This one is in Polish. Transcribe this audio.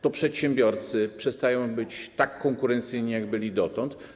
To przedsiębiorcy przestają być tak konkurencyjni, jak byli dotąd.